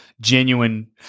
genuine